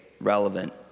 relevant